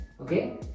Okay